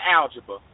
algebra